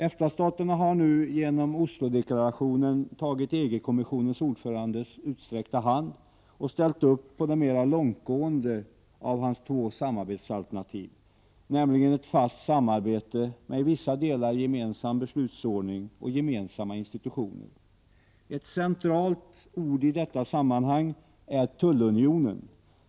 EFTA-staterna har nu genom Oslodeklarationen tagit EG-kommissionens ordförandes utsträckta hand och ställt sig bakom det mera långtgående av hans två samarbetsalternativ, nämligen ett fast samarbete med i vissa delar gemensam beslutsordning och gemensamma institutioner. Ett centralt ord i detta sammanhang är tullunionen.